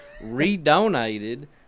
re-donated